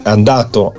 andato